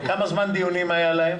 וכמה זמן דיונים היה להם?